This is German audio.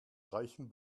reichen